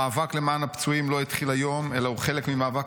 המאבק למען הפצועים לא התחיל היום אלא הוא חלק ממאבק